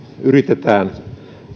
yritetään